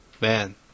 man